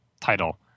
title